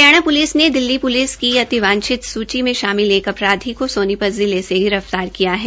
Haryana police ने Delhi police की अति वांछित् सूची में शामिल एक अपराधी को सोनीपत जिले से गिरफ्तार किया है